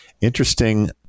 interesting